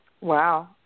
Wow